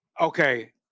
okay